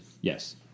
yes